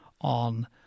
on